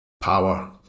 power